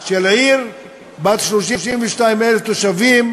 של עיר בת 32,000 תושבים.